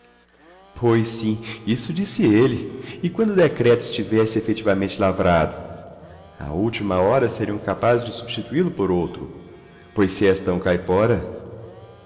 pois sim isso disse ele e quando o decreto estivesse efetivamente lavrado á última hora seriam capazes de substitui lo por outro pois se és tão caipora